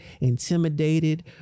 intimidated